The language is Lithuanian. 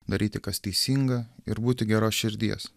daryti kas teisinga ir būti geros širdies